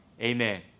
Amen